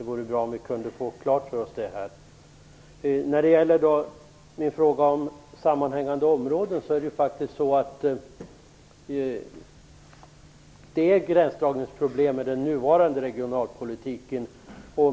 Det vore bra om vi kunde få klarthet om detta. Vad gäller min fråga om sammanhängande områden vill jag säga att det finns gränsdragningsproblem i den nuvarande regionalpolitiken.